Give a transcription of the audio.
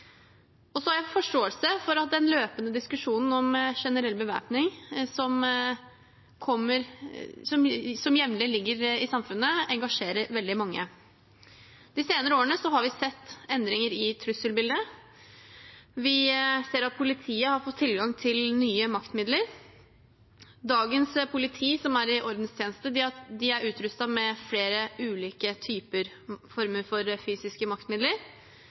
Så har jeg forståelse for at den løpende diskusjonen om generell bevæpning, som jevnlig ligger i samfunnet, engasjerer veldig mange. De senere årene har vi sett endringer i trusselbildet. Vi ser at politiet har fått tilgang til nye maktmidler. Dagens politi i ordenstjeneste er utrustet med flere ulike former for fysiske maktmidler.